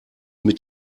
mit